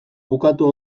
bukatu